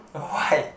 why